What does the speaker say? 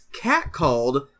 catcalled